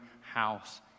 house